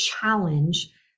challenge